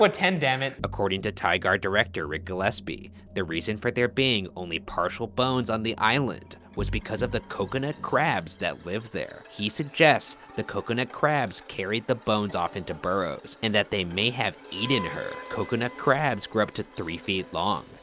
but dammit. according to tighar director ric gillespie, the reason for there being only partial bones on the island was because of the coconut crabs that live there. he suggests that coconut crabs carried the bones off into burrows and that they may have eaten her. coconut crabs grow up to three feet long,